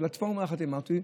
הפלטפורמה לחתימה הזאת,